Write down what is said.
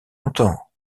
longtemps